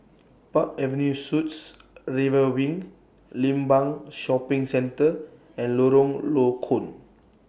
Park Avenue Suites River Wing Limbang Shopping Center and Lorong Low Koon